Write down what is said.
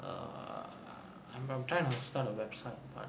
err I'm I'm trying to start a website